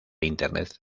internet